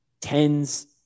tens